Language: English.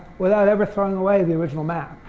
without ever throwing away the original map.